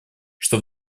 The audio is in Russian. что